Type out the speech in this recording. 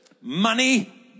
money